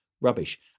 rubbish